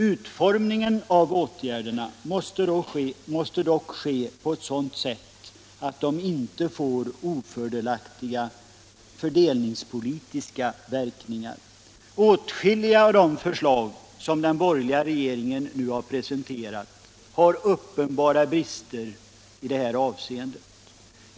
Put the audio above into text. Utformningen av åtgärderna måste dock ske på sådant sätt att de inte får ofördelaktiga fördelningspolitiska verkningar. Åtskilliga av de förslag som den borgerliga regeringen nu har presenterat har uppenbara brister i detta avseende.